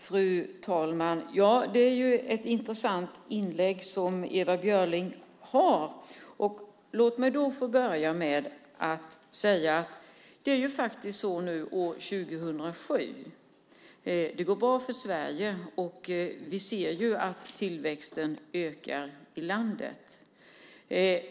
Fru talman! Det är ett intressant inlägg som Ewa Björling gör. Låt mig få börja med att säga att år 2007 går det bra för Sverige, och vi ser att tillväxten ökar i landet.